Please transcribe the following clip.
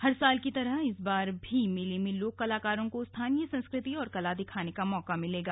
हर साल की तरह इस बार भी मेले में लोक कलाकारों को स्थानीय संस्कृति और कला दिखाने का मौका मिलेगा